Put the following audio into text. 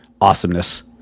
awesomeness